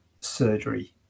surgery